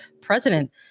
president